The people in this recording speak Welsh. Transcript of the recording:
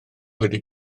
wedi